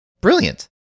brilliant